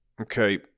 okay